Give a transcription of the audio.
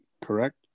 Correct